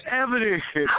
evidence